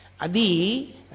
Adi